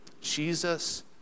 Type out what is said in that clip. Jesus